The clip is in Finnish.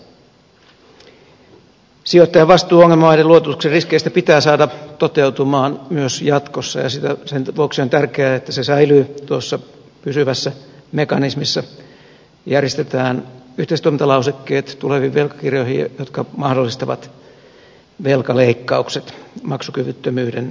sijoittajan vastuu ongelmamaiden luototuksen riskeistä pitää saada toteutumaan myös jatkossa ja sen vuoksi on tärkeää että se säilyy tuossa pysyvässä mekanismissa järjestetään tuleviin velkakirjoihin yhteistoimintalausekkeet jotka mahdollistavat velkaleikkaukset maksukyvyttömyyden tilanteessa